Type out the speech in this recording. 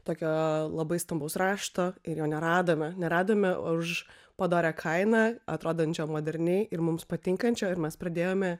tokio labai stambaus rašto ir jo neradome neradome už padorią kainą atrodančią moderniai ir mums patinkančio ir mes pradėjome